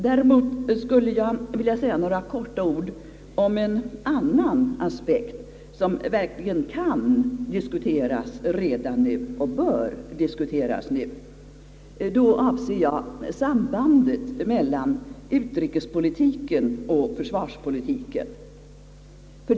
Däremot skulle jag vilja säga några kortfattade ord om en annan aspekt, som kan diskuteras redan nu och som bör diskuteras nu. Jag avser sambandet mellan utrikespolitiken och försvarspolitiken.